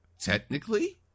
Technically